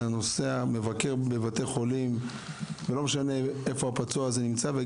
אתה נוסע ומבקר חולים ופצועים בבתי חולים, גם